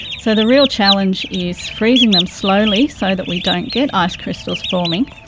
so the real challenge is freezing them slowly so that we don't get ice crystals forming,